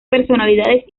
personalidades